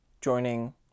joining